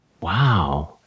Wow